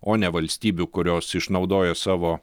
o ne valstybių kurios išnaudoja savo